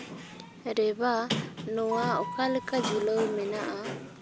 ᱨᱮᱵᱟ ᱱᱚᱣᱟ ᱚᱠᱟ ᱞᱮᱠᱟ ᱡᱷᱩᱞᱟᱹᱣ ᱢᱮᱱᱟᱜᱼᱟ